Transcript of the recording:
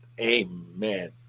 Amen